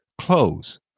close